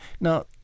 Now